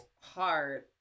hard